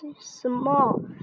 small